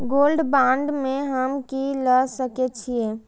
Gold bond में हम की ल सकै छियै?